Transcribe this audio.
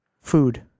Food